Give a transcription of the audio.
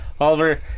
Oliver